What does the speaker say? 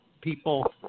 people